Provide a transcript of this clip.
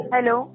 Hello